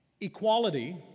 Equality